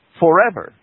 forever